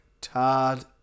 Todd